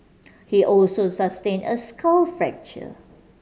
he also sustained a skull fracture